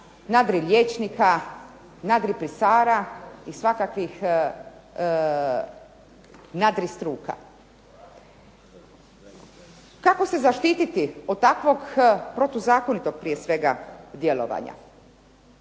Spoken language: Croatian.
nadri liječnika, nadri pisara i svakakvih nadri struka. Kako se zaštititi od takvog protuzakonitog prije svega djelovanja?